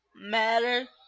matter